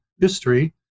history